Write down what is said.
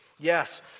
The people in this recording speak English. yes